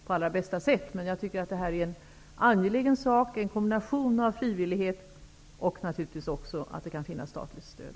Jag tycker emellertid att det som Christer Lindblom har tagit upp är en angelägen sak. Det är en verksamhet där det både är fråga om frivillighet och finns en möjlighet till statligt stöd.